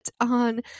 on